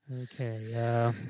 Okay